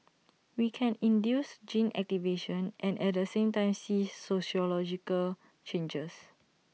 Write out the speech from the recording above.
we can induce gene activation and at the same time see social changes